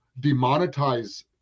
demonetize